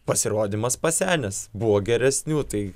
pasirodymas pasenęs buvo geresnių tai